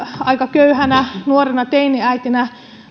aika köyhänä nuorena teiniäitinä